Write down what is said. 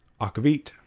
Akavit